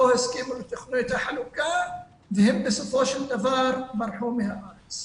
לא הסכימו לתוכנית החלוקה והם בסופו של דבר ברחו מהארץ.